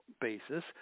basis